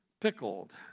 Pickled